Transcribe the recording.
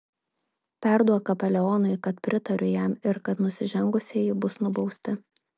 perduok kapelionui kad pritariu jam ir kad nusižengusieji bus nubausti